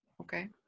Okay